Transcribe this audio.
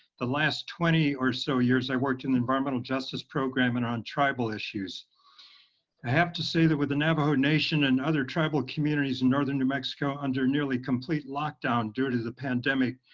the last twenty or so years i worked in the environmental justice program and on tribal issues. i have to say that with the navajo nation and other tribal communities in northern new mexico under nearly complete lock-down due to the pandemic,